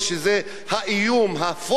הפוביה האירנית.